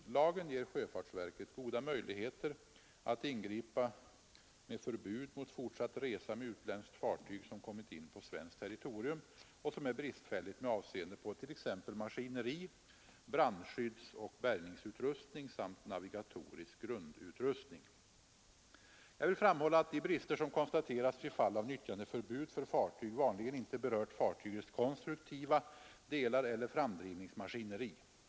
Lagen ger sjöfartsverket goda möjligheter att ingripa med förbud mot fortsatt resa med utländskt fartyg, som kommit in på svenskt territorium och som är bristfälligt med avseende på t.ex. maskineri, brandskyddsoch bärgningsutrustning samt navigatorisk grundutrustning. Jag vill framhålla att de brister som konstaterats vid fall av nyttjandeförbud för fartyg vanligen inte berört fartygens konstruktiva delar eller framdrivningsmaskineri.